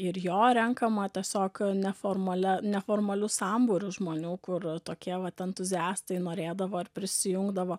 ir jo renkama tiesiog neformalia neformalius sambūrius žmonių kur tokie vat entuziastai norėdavo ar prisijungdavo